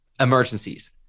emergencies